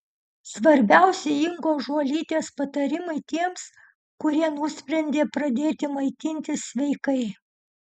svarbiausi ingos žuolytės patarimai tiems kurie nusprendė pradėti maitintis sveikai